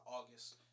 August